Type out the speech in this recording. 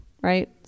right